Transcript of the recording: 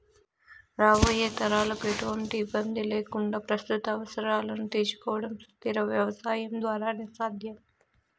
రాబోయే తరాలకు ఎటువంటి ఇబ్బంది లేకుండా ప్రస్తుత అవసరాలను తీర్చుకోవడం సుస్థిర వ్యవసాయం ద్వారానే సాధ్యం